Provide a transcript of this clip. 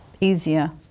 easier